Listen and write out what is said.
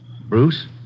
Bruce